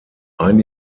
ein